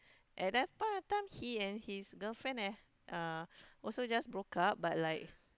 at that point of time he and his girlfriend eh uh also just broke up but like